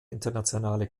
internationale